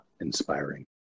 inspiring